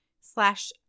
slash